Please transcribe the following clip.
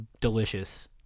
delicious